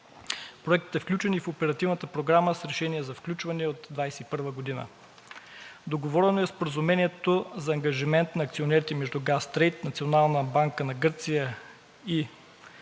проектът е включен и в Оперативната програма с решение за включване от 2021 г.; договорено е споразумението за ангажимент на акционерите – между „Газтрейд“, Национална банка на Гърция и